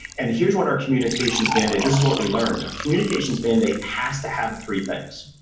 and here's what our communications mandate, this is what we learned. our communications mandate has to have three things,